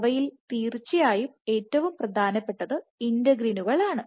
അവയിൽ തീർച്ചയായും ഏറ്റവും പ്രധാനപ്പെട്ടത് ഇന്റെഗ്രിനുകൾ ആണ്